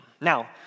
Now